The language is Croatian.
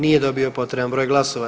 Nije dobio potreban broj glasova.